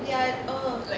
ya oh